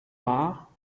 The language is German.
war